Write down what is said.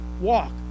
walk